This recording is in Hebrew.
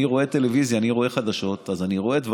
אני רואה טלוויזיה, אני רואה חדשות, אז